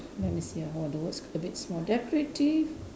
let me see ah !wah! the words a bit small decorative